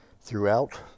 throughout